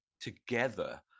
together